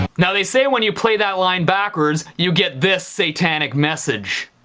now they say when you play that line backwords you get this satanic message